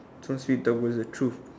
don't speak double the truth